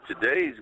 today's